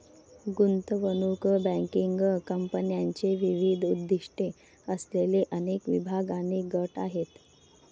गुंतवणूक बँकिंग कंपन्यांचे विविध उद्दीष्टे असलेले अनेक विभाग आणि गट आहेत